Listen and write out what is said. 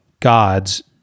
Gods